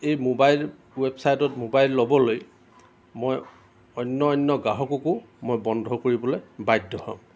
এই মোবাইল ৱেবচাইটত মোবাইল ল'বলৈ মই অন্য অন্য গ্ৰাহককো মই বন্ধ কৰিবলৈ বাধ্য হ'ম